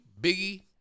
Biggie